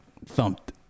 thumped